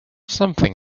something